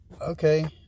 okay